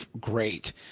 great